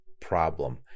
problem